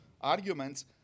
arguments